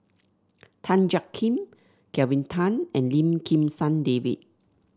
Tan Jiak Kim Kelvin Tan and Lim Kim San David